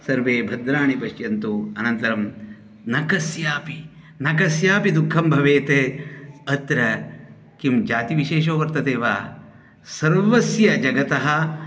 सर्वे भद्राणि पश्यन्तु अनन्तरं न कस्यापि न कस्यापि दुःखं भवेत् अत्र किं जातिविशेषो वर्तते वा सर्वस्य जगतः